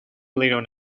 little